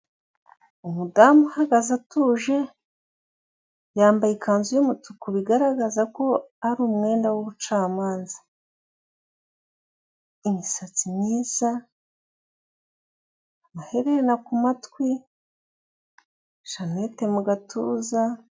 Umudamu uhagaze atuje yambaye ikanzu y'umutuku bigaragaza ko ari umwenda w'ubucamanza. Imisatsi myiza, amaherena ku matwi, shanete mu gatuza,...